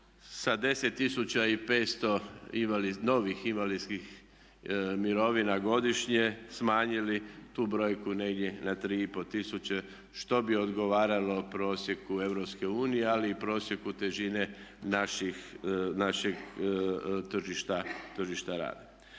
i 500 novih invalidskih mirovina godišnje smanjili tu brojku negdje na 3,5 tisuće što bi odgovaralo prosjeku EU ali i prosjeku težine našeg tržišta rada.